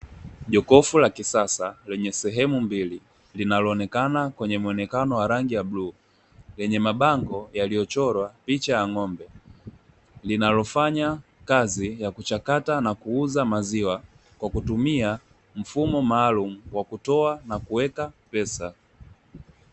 Jokofu la kisasa lenye sehemu mbili, linaloonekana kwenye muonekano wa rangi ya bluu, lenye mabango yaliyochorwa picha ya ng'ombe, linalofanya kazi ya kuchakata na kuuza maziwa kwa kutumia mfumo maalumu wa kutoa na kuweka pesa.